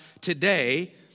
today